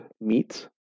meats